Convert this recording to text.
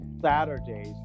Saturdays